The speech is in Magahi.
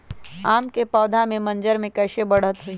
आम क पौधा म मजर म कैसे बढ़त होई?